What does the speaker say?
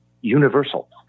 universal